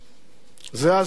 זה הזמן להתאחד.